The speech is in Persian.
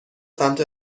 سمت